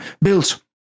built